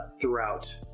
throughout